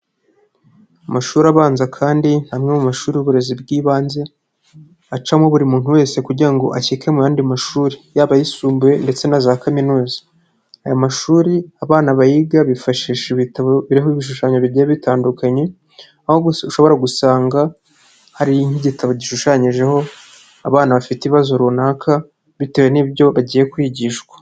Amashuri abanza kandi ni amwe mu mashuri y'uburezi bw'ibanze acyamo buri muntu wese kugira ngo ashyike mu yandi mashuri yaba ayisumbuye ndetse na za kaminuza. Aya mashuri abana bayigamo bifashisha ibitabo biriho ibishushanyo bigiye bitandukanye, aho ushobora gusanga hari nk'igitabo gishushanyijeho abana bafite ibibazo runaka, bitewe n'ibyo bagiye kwigishwa.